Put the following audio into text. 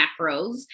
macros